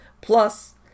plus